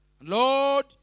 Lord